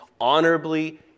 honorably